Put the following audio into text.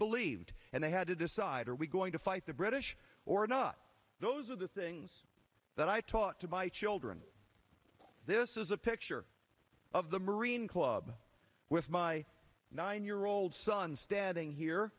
believed and they had to decide are we going to fight the british or not those are the things that i taught to fight children this is a picture of the marine club with my nine year old son standing here